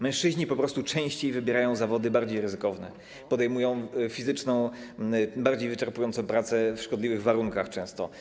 Mężczyźni po prostu częściej wybierają zawody bardziej ryzykowne, podejmują fizyczną, bardziej wyczerpującą pracę, w szkodliwych warunkach często.